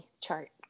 chart